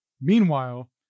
Meanwhile